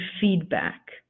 feedback